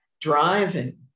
driving